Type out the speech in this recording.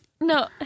No